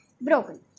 broken